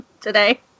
today